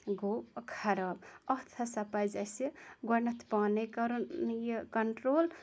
گوٚو خَراب اَتھ ہَسا پَزِ اَسہِ گۄڈنیٚتھ پانے کَرُن یہِ کَنٹرول